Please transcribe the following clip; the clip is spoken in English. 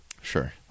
Sure